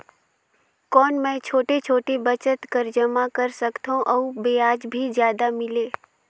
कौन मै छोटे छोटे बचत कर जमा कर सकथव अउ ब्याज भी जादा मिले?